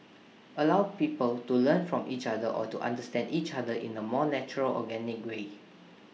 allow people to learn from each other or to understand each other in A more natural organic way